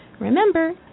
Remember